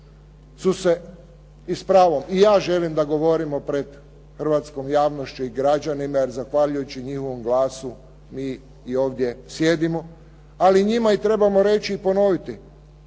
su se i s pravom i ja želim da govorimo pred hrvatskom javnošću i građanima jer zahvaljujući njihovom glasu mi ovdje sjedimo, ali njima i trebamo reći i ponoviti